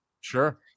Sure